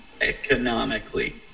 economically